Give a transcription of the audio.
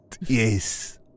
Yes